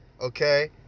okay